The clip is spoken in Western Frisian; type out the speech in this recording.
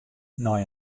nei